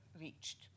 reached